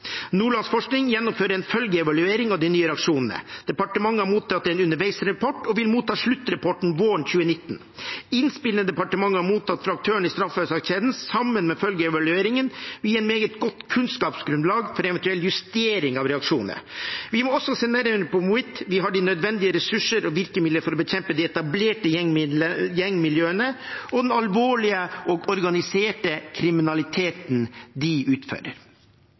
gjennomfører en følgeevaluering av de nye reaksjonene. Departementet har mottatt en underveisrapport og vil motta sluttrapporten våren 2019. Innspillene departementet har mottatt fra aktørene i straffesakskjeden, vil, sammen med følgeevalueringen, gi et meget godt kunnskapsgrunnlag for eventuell justering av reaksjonene. Vi må også se nærmere på hvorvidt vi har de nødvendige ressurser og virkemidler for å bekjempe de etablerte gjengmiljøene og den alvorlige og organiserte kriminaliteten de utfører.